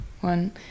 one